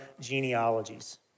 genealogies